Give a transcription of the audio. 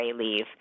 leave